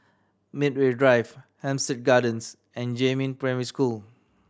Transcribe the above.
Medway Drive Hampstead Gardens and Jiemin Primary School